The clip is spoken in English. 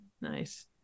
nice